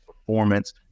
performance